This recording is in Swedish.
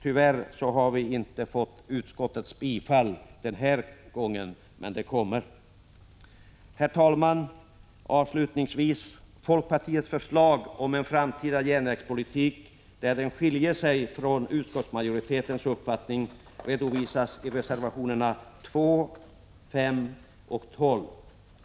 Tyvärr har vi inte fått utskottets tillstyrkan den här gången, men det kommer. Herr talman! De delar av folkpartiets förslag om en framtida järnvägspolitik som skiljer sig från utskottsmajoritetens uppfattning redovisas i reservationerna 2, 5 och 12.